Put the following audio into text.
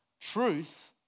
truth